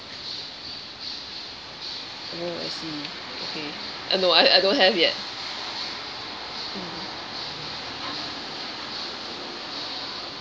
oh I see okay uh no I I don't have yet